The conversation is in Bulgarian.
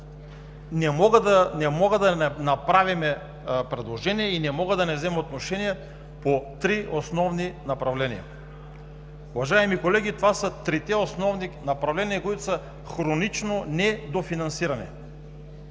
Не можем да не направим предложение и не мога да не взема отношение по три основни направления. Уважаеми колеги, това са трите основни направления, които са хронично недофинансирани.